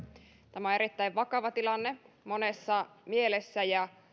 tämä on erittäin vakava tilanne monessa mielessä ja